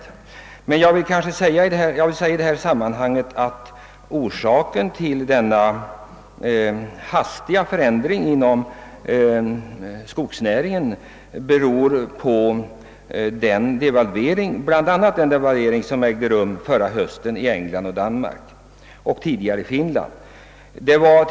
Möjligen kan någon annan förklaring finnas. Jag vill emellertid i detta sammanhang framhålla att det hastigt ändrade läget inom skogsnäringen bl.a. beror på devalveringen förra hösten i England och Danmark och dessförinnan även i Finland.